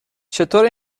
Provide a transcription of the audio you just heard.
چطور